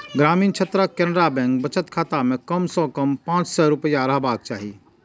ग्रामीण क्षेत्रक केनरा बैंक बचत खाता मे कम सं कम पांच सय रुपैया रहबाक चाही